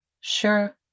Sure